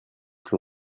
plus